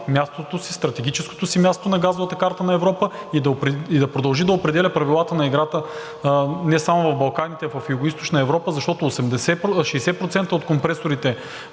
да запази стратегическото си място на газовата карта на Европа и да продължи да определя правилата на играта не само на Балканите, а и в Югоизточна Европа, защото 60% от компресорите